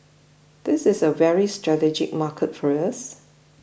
this is a very strategic market for us